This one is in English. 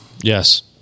Yes